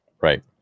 right